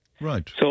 Right